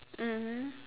mmhmm